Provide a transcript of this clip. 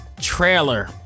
trailer